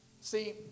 See